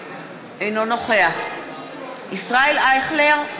אינו נוכח ישראל אייכלר,